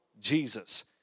Jesus